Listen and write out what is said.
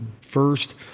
first